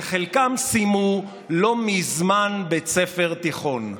שחלקם סיימו לא מזמן בית ספר תיכון.